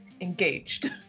engaged